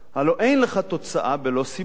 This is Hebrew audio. הלוא אין לך תוצאה בלא סיבה.